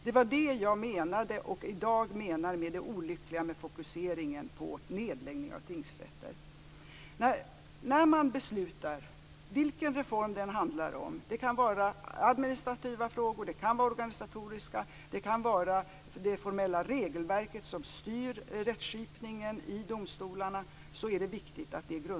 Det var det jag menade, och i dag menar, med det olyckliga med fokuseringen på nedläggning av tingsrätter. När man beslutar om en reform är det viktigt att beslutet grundar sig på kunskap. Det gäller vilken reform det än handlar om. Det kan vara administrativa frågor, organisatoriska frågor eller det formella regelverket som styr rättsskipningen i domstolarna.